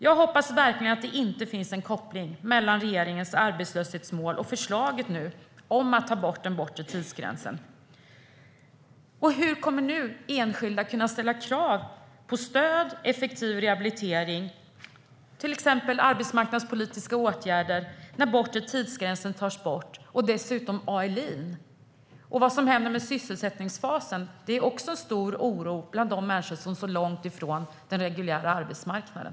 Jag hoppas verkligen att det inte finns en koppling mellan regeringens arbetslöshetsmål och förslaget om att ta bort den bortre tidsgränsen. Hur kommer enskilda att, nu när bortre tidsgränsen och dessutom ALI tas bort, kunna ställa krav på stöd och effektiv rehabilitering, till exempel arbetsmarknadspolitiska åtgärder? Vad som händer med sysselsättningsfasen förorsakar också en stor oro bland de människor som står långt ifrån den reguljära arbetsmarknaden.